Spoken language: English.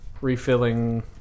refilling